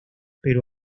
pero